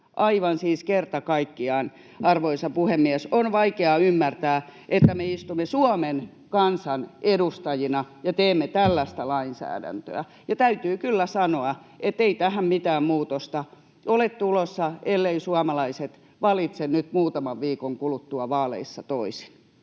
Aivan siis kerta kaikkiaan, arvoisa puhemies, on vaikea ymmärtää, että me istumme Suomen kansan edustajina ja teemme tällaista lainsäädäntöä. Täytyy kyllä sanoa, että ei tähän mitään muutosta ole tulossa, elleivät suomalaiset valitse nyt muutaman viikon kuluttua vaaleissa toisin.